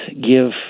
give